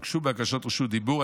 אך הוגשו בקשות רשות דיבור.